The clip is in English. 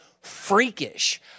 freakish